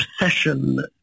obsession